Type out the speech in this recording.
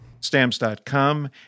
Stamps.com